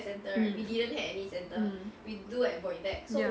mm mm ya